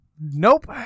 Nope